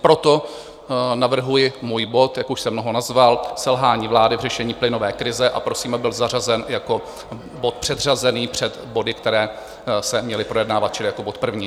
Proto navrhuji svůj bod, jak už jsem ho nazval, Selhání vlády v řešení plynové krize a prosím, aby byl zařazen jako bod předřazený před body, které se měly projednávat, čili jako bod první.